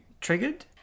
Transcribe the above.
triggered